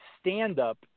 stand-up